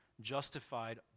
justified